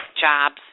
jobs